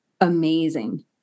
amazing